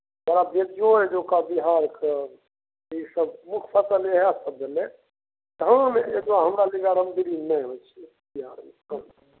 बरा बेजोर होइ छै एत्तुका बिहारके ई सब मुख फसल इएह सब भेलै धान एगो हमरा बिचारमे डीलिंग नहि होइ छै बिहारमे कहूॅं